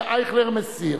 חבר הכנסת אייכלר מסיר.